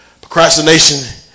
Procrastination